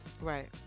Right